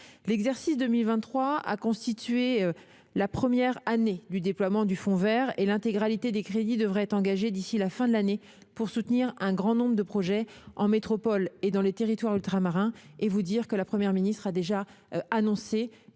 L'exercice 2023 a constitué la première année du déploiement du fonds vert, et l'intégralité des crédits devrait être engagée d'ici à la fin de l'année pour soutenir un grand nombre de projets, en métropole et dans les territoires ultramarins. La Première ministre a annoncé